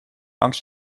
angst